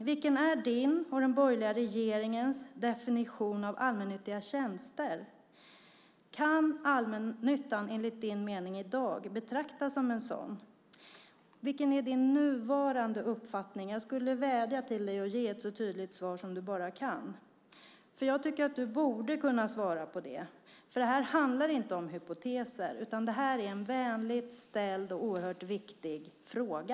Vilken är din och den borgerliga regeringens definition av allmännyttiga tjänster? Kan allmännyttan enligt din mening i dag betraktas som en sådan? Vilken är din nuvarande uppfattning? Jag vill vädja till dig att ge ett så tydligt svar som du bara kan. Jag tycker att du borde kunna svara på det. Det här handlar inte om hypoteser, utan det är en vänligt ställd och oerhört viktig fråga.